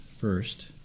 first